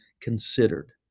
considered